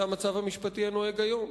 זה המצב המשפטי הנוהג היום.